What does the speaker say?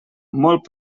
molt